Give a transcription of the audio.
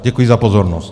Děkuji za pozornost.